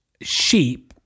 sheep